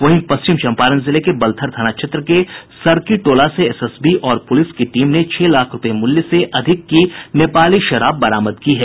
वहीं पश्चिम चम्पारण जिले के बलथर थाना क्षेत्र के सड़किटोला से एसएसबी और पुलिस की टीम ने छह लाख रूपये से अधिक मूल्य की नेपाली शराब बरामद की है